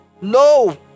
No